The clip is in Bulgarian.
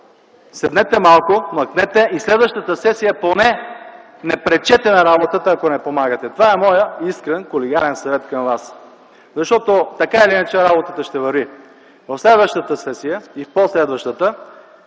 Седнете малко, млъкнете и следващата сесия поне не пречете на работата, ако не помагате. Това е моят искрен колегиален съвет към Вас. Защото така или иначе работата ще върви. В следващата сесия и в по-следващата,